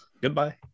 Goodbye